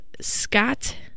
Scott